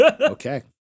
Okay